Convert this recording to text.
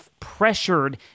pressured